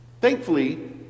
Thankfully